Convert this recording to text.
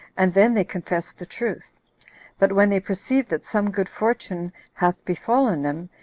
and then they confess the truth but when they perceive that some good fortune hath befallen them,